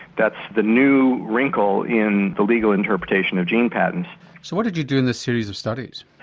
that's the new wrinkle in the legal interpretation of gene patents. so what did you do in this series of studies?